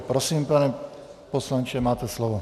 Prosím, pane poslanče, máte slovo.